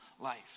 life